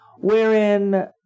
wherein